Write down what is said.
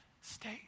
stay